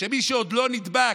שמי שעוד לא נדבק,